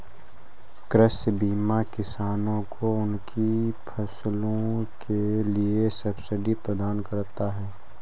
कृषि बीमा किसानों को उनकी फसलों के लिए सब्सिडी प्रदान करता है